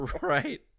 Right